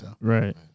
Right